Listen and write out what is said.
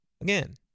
again